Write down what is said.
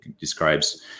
describes